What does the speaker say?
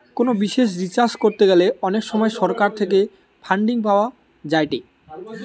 কোনো বিষয় রিসার্চ করতে গ্যালে অনেক সময় সরকার থেকে ফান্ডিং পাওয়া যায়েটে